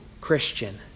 Christian